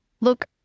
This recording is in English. Look